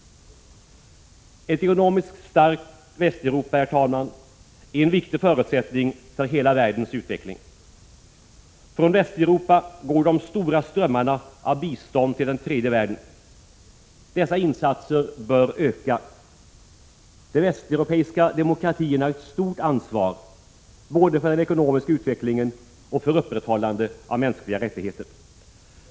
Ett ekonomiskt starkt Västeuropa är en viktig förutsättning för hela världens utveckling. Från Västeuropa går de stora strömmarna av bistånd till den tredje världen. Dessa insatser bör öka. De västeuropeiska demokratierna har ett stort ansvar både för den ekonomiska utvecklingen och för upprätthållandet av mänskliga rättigheter.